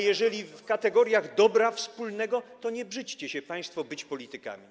Jeżeli w kategoriach dobra wspólnego, to nie brzydźcie się państwo być politykami.